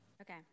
Okay